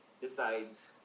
decides